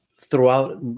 throughout